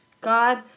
God